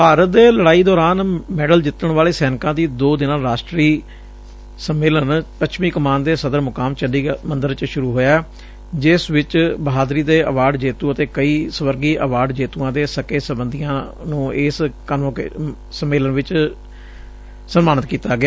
ਭਾਰਤ ਦੇ ਲੜਾਈ ਦੌਰਾਨ ਮੈਡਲ ਜਿੱਤਣ ਵਾਲੇ ਸੈਨਿਕਾਂ ਦਾ ਦੋ ਦਿਨਾਂ ਰਾਸਟਰੀ ਸੰਮੇਲਨ ਪੱਛਮੀ ਕਮਾਨ ਦੇ ਸਦਰ ਮੁਕਾਮ ਚੰਡੀਮੰਦਰ ਚ ਸੁਰੁ ਹੋ ਗਿਐ ਜਿਸ ਵਿਚ ਬਹਾਦਰੀ ਦੇ ਐਵਾਰਡ ਜੇਤੁ ਅਤੇ ਕਈ ਸਵਰਗੀ ਐਵਾਰਡ ਜੇਤੂਆਂ ਦੇ ਸੱਕੇ ਸਬੰਧੀਆਂ ਇਸ ਮੌਕੇ ਸਨਮਾਨਿਤ ਕੀਤਾ ਗਿਆ